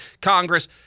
Congress